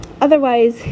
Otherwise